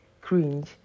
cringe